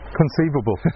conceivable